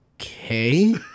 Okay